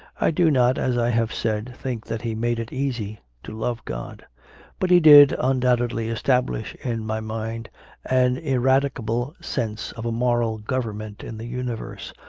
i do not, as i have said, think that he made it easy to love god but he did, undoubtedly, establish in my mind an ineradicable sense of a moral government in the universe,